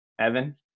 Evan